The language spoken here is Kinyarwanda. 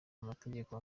amategeko